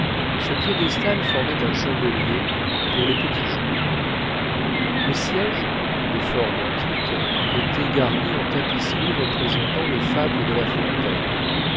ce piédestal formait un chandelier pour les petits jours les siéges de forme antique étaient garnis en tapisseries représentant les fables de la fontaine